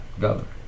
Governor